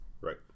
Right